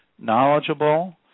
knowledgeable